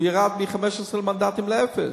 הוא ירד מ-15 מנדטים לאפס,